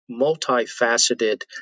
multifaceted